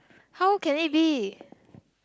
how can it be